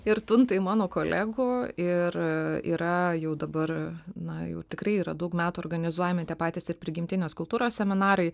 ir tuntai mano kolegų ir yra jau dabar na jau tikrai yra daug metų organizuojami tie patys ir prigimtinės kultūros seminarai